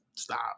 Stop